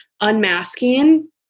unmasking